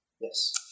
Yes